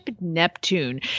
Neptune